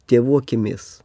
tėvų akimis